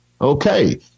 Okay